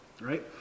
right